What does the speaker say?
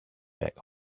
back